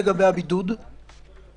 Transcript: הזאת של לבצע את הבדיקה במקום בידוד מטעם המדינה.